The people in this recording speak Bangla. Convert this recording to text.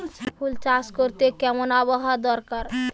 গাঁদাফুল চাষ করতে কেমন আবহাওয়া দরকার?